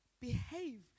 behave